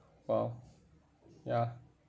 !wow! ya